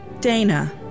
Dana